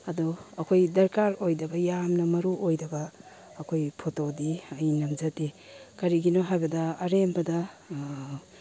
ꯑꯗꯨ ꯑꯩꯈꯣꯏ ꯗꯔꯀꯥꯔ ꯑꯣꯏꯗꯕ ꯌꯥꯝꯅ ꯃꯔꯨ ꯑꯣꯏꯗꯕ ꯑꯩꯈꯣꯏ ꯐꯣꯇꯣꯗꯤ ꯑꯩ ꯅꯝꯖꯗꯦ ꯀꯔꯤꯒꯤꯅꯣ ꯍꯥꯏꯕꯗ ꯑꯔꯦꯝꯕꯗ